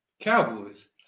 Cowboys